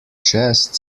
chest